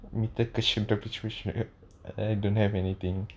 eh don't have anything